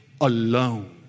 alone